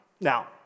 Now